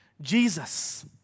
Jesus